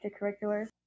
extracurriculars